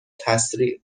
تسریع